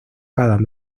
cada